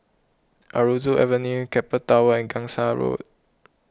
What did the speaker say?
Aroozoo Avenue Keppel Towers and Gangsa Road